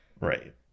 Right